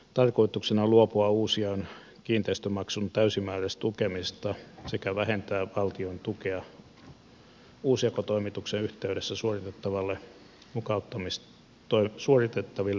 tarkoituksena on luopua uusjaon kiinteistömaksun täysimääräistukemisesta sekä vähentää valtion tukea uusjakotoimituksen yh teydessä suoritettaville